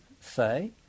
say